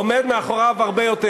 עומד מאחוריו הרבה יותר.